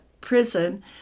prison